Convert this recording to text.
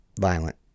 violent